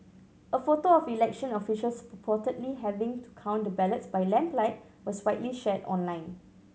a photo of election officials purportedly having to count the ballots by lamplight was widely shared online